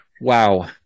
wow